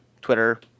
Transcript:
Twitter